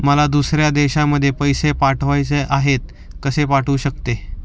मला दुसऱ्या देशामध्ये पैसे पाठवायचे आहेत कसे पाठवू शकते?